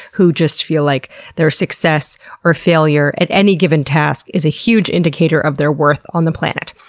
who just feel like their success or failure at any given task is a huge indicator of their worth on the planet.